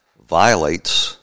violates